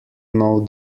know